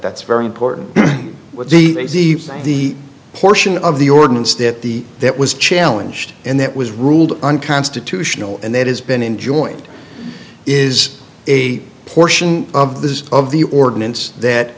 that's very important with the portion of the ordinance that the that was challenged and that was ruled unconstitutional and that has been enjoined is a portion of the of the ordinance that